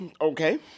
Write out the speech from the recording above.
Okay